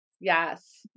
Yes